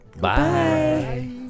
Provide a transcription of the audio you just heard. Bye